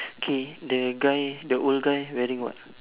K the guy the old guy wearing what